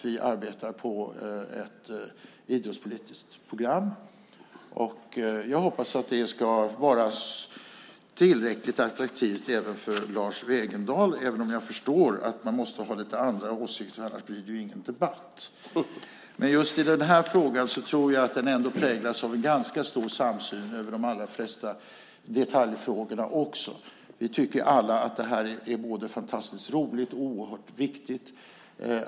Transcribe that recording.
Vi arbetar på ett idrottspolitiskt program. Jag hoppas att det ska vara tillräckligt attraktivt även för Lars Wegendal, även om jag förstår att man måste ha lite andra åsikter. Annars blir det ju ingen debatt. Men just den här frågan tror jag ändå präglas av en ganska stor samsyn, över de allra flesta detaljfrågorna också. Vi tycker alla att det här är både fantastiskt roligt och oerhört viktigt.